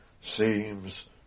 seems